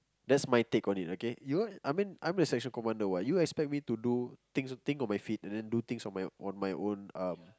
that's my take on it okay you I mean I'm your section commander what you expect me to do things think on my feet and then do things on my on my own um